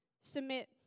Submit